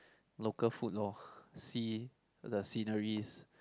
local food lor see the sceneries